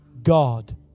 God